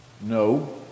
No